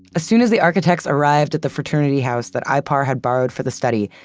as soon as the architects arrived at the fraternity house that ipar had borrowed for the study,